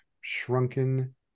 shrunken